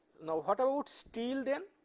now, what about steel then?